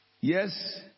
Yes